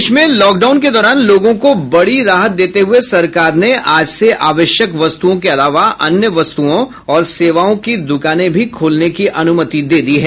देश में लॉकडाउन के दौरान लोगों को बड़ी राहत देते हुए सरकार ने आज से आवश्यक वस्तुओं के अलावा अन्य वस्तुओं और सेवाओं की दुकानें भी खोलने की अनुमति दे दी है